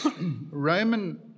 Roman